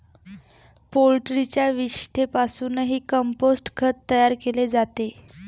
पोल्ट्रीच्या विष्ठेपासूनही कंपोस्ट खत तयार केले जाते